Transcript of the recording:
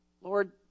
Lord